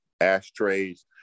ashtrays